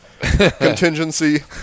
contingency